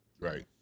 Right